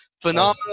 phenomenal